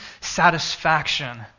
satisfaction